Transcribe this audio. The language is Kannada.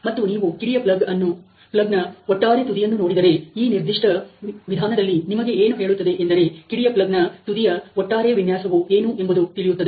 ಮತ್ತು ನೀವು ಕಿಡಿಯ ಪ್ಲಗ್ಯ ಒಟ್ಟಾರೆ ತುದಿಯನ್ನು ನೋಡಿದರೆ ಈ ನಿರ್ದಿಷ್ಟ ವಿಧಾನದಲ್ಲಿ ನಿಮಗೆ ಏನು ಹೇಳುತ್ತದೆ ಎಂದರೆ ಕಿಡಿಯ ಪ್ಲಗ್ ನ ತುದಿಯ ಒಟ್ಟಾರೆ ವಿನ್ಯಾಸವು ಏನು ಎಂಬುದು ತಿಳಿಯುತ್ತದೆ